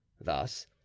thus